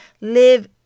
live